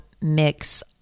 mix